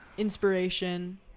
inspiration